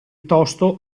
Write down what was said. tosto